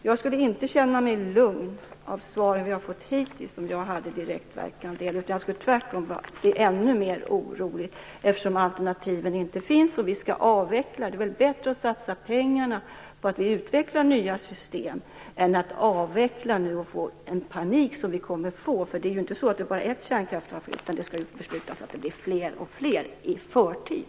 Jag skulle inte känna mig lugn av svaren vi fått hittills om jag hade direktverkande el. Jag skulle tvärtom bli ännu oroligare, eftersom alternativen inte finns och vi skall avveckla. Det är väl bättre att satsa pengarna på att utveckla nya system än att avveckla och skapa panik. Det är ju inte bara ett kärnkraftverk som skall avvecklas, utan det skall beslutas om fler och fler i förtid.